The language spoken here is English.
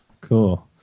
Cool